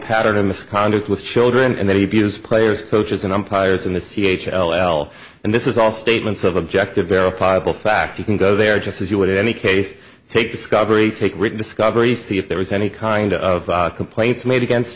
pattern of misconduct with children and that he has players coaches and umpires in the c h l and this is all statements of objective verifiable fact you can go there just as you would in any case take discovery take written discovery see if there was any kind of complaints made against